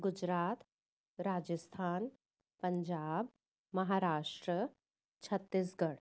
Gujarat Rajasthan Punjab Maharashtra Chhattisgarh